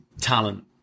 talent